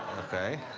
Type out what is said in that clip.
okay?